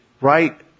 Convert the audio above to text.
Right